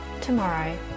tomorrow